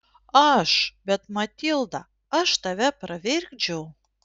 aš bet matilda aš tave pravirkdžiau